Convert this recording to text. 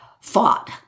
fought